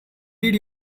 did